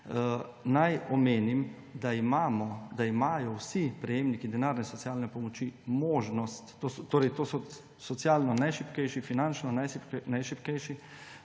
naj omenim, da imajo vsi prejemniki denarne socialne pomoči možnost − to so socialno najšibkejši, finančno najšibkejši